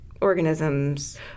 organisms